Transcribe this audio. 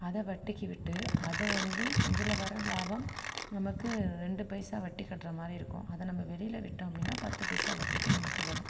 அதை வட்டிக்கு விட்டு அதை வந்து இதில் வர லாபம் நமக்கு ரெண்டு பைசா வட்டி கட்டுற மாதிரி இருக்கும் அதை நம்ம வெளியில விட்டோம் அப்படினா பத்து பைசா வட்டிக்கு நமக்கு வரும்